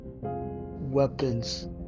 weapons